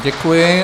Děkuji.